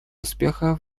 успеха